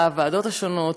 בוועדות השונות,